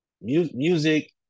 music